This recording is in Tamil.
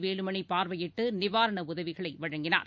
வேலுமணி பார்வையிட்டு நிவாரண உதவிகளை வழங்கினார்